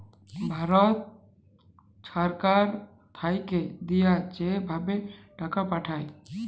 ভারত ছরকার থ্যাইকে দিঁয়া যে ভাবে টাকা পাঠায়